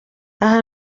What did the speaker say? aha